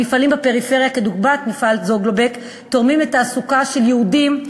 המפעלים בפריפריה כדוגמת מפעל "זוגלובק" תורמים לתעסוקה של יהודים,